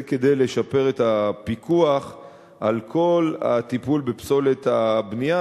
זה כדי לשפר את הפיקוח על כל הטיפול בפסולת הבנייה.